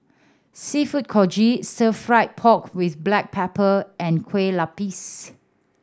Seafood Congee Stir Fry pork with black pepper and Kueh Lupis